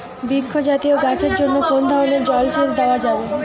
বৃক্ষ জাতীয় গাছের জন্য কোন ধরণের জল সেচ দেওয়া যাবে?